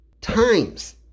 times